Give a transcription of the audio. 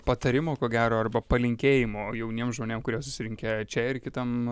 patarimo ko gero arba palinkėjimo jauniem žmonėm kurie susirinkę čia ir kitam